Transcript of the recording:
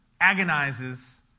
agonizes